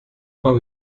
know